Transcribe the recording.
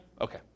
Okay